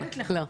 היא מחדדת לך.